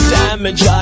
damage